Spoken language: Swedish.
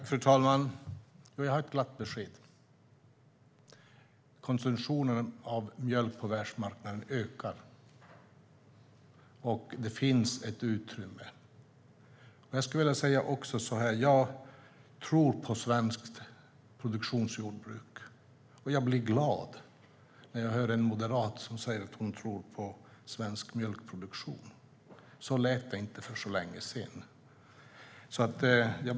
Fru talman! Jag har ett glatt besked: Konsumtionen av mjölk ökar på världsmarknaden, och det finns ett utrymme. Jag vill också säga att jag tror på svenskt produktionsjordbruk, och jag blir glad när jag hör en moderat som säger att hon tror på svensk mjölkproduktion. Det var inte så länge sedan det lät annorlunda.